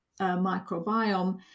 microbiome